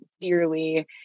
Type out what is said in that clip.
dearly